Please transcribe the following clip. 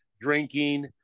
drinking